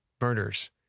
murders